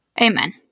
Amen